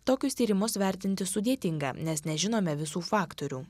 tokius tyrimus vertinti sudėtinga nes nežinome visų faktorių